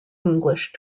english